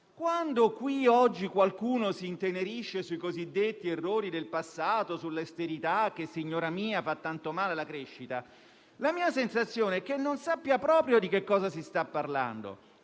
Quando qui oggi qualcuno si intenerisce sui cosiddetti errori del passato, sull'austerità che - signora mia - fa tanto male alla crescita, la mia sensazione è che non sappia proprio di che cosa si sta parlando.